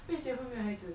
没有结婚没有孩子